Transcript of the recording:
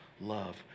love